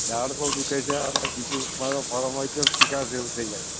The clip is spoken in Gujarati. દાઢ બહુ દુઃખે છે અને બીજું મારા મોઢામાં એકદમ ચિકાશ જેવું થઈ જાય છે